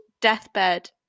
Deathbed